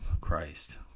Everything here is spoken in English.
Christ